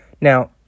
Now